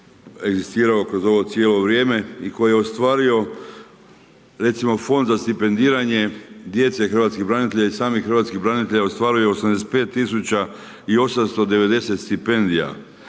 koji je ostvario recimo, Fond za stipendiranje djece hrvatskih branitelja i samih hrvatskih branitelja ostvario je 85 tisuća i 890 stipendija,